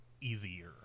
easier